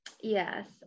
Yes